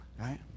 right